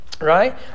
right